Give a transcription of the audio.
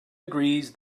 agrees